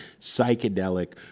psychedelic